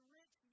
rich